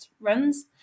runs